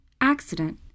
accident